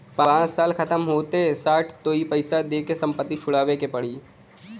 पाँच साल खतम होते साठ तो पइसा दे के संपत्ति छुड़ावे के पड़ी